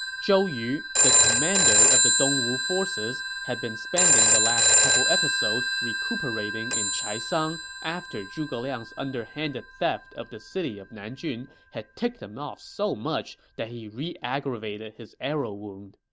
zhou yu, the commander of the dongwu forces, had been spending the last couple episodes recuperating in chaisang after zhuge liang's underhanded theft of the city of nanjun had ticked him off so much that he ah reaggravated his arrow wound.